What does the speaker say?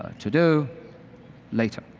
to do later,